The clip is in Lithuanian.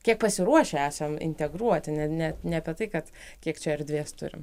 kiek pasiruošę esam integruoti ne ne ne apie tai kad kiek čia erdvės turim